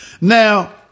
Now